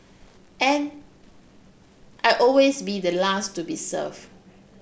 and I'd always be the last to be serve